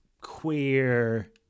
Queer